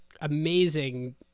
amazing